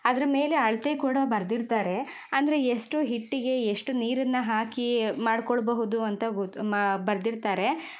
ಅದರ ಮೇಲೆ ಅಳತೆ ಕೂಡ ಬರ್ದಿರ್ತಾರೆ ಅಂದರೆ ಎಷ್ಟು ಹಿಟ್ಟಿಗೆ ಎಷ್ಟು ನೀರನ್ನು ಹಾಕಿ ಮಾಡ್ಕೊಳ್ಳಬಹುದು ಅಂತ ಗೊತ್ತು ಮಾ ಬರ್ದಿರ್ತಾರೆ